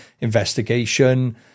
investigation